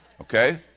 Okay